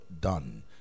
done